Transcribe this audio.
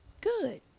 good